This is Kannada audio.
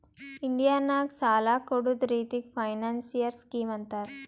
ಇಂಡಿಯಾ ನಾಗ್ ಸಾಲ ಕೊಡ್ಡದ್ ರಿತ್ತಿಗ್ ಫೈನಾನ್ಸಿಯಲ್ ಸ್ಕೀಮ್ ಅಂತಾರ್